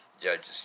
Judges